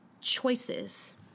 choices